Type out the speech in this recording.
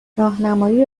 راهنمایی